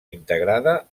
integrada